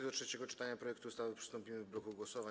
Do trzeciego czytania projektu ustawy przystąpimy w bloku głosowań.